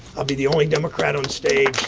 i'll be the only democrat onstage